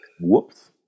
whoops